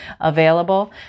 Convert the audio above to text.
available